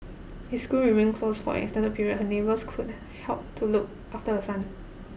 is school remain closed for extended period her neighbours could help to look after her son